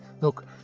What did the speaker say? look